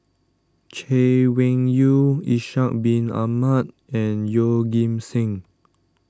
Chay Weng Yew Ishak Bin Ahmad and Yeoh Ghim Seng